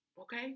Okay